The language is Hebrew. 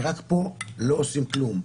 ורק פה לא עושים כלום.